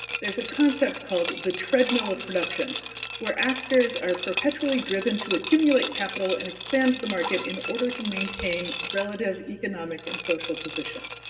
there's a concept called the treadmill of production where actors are perpetually driven to accumulate capital and expand the market in order to maintain relative economic and social position.